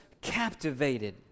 captivated